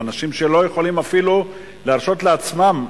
לאנשים שלא יכולים אפילו להרשות לעצמם,